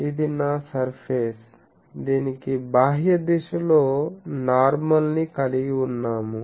ఇది నా సర్ఫేస్ దీనికి బాహ్య దిశ లో నార్మల్ ని కలిగివున్నాము